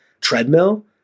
treadmill